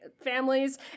families